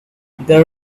there